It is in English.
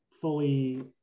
fully